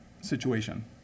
situation